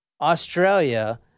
Australia